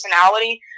personality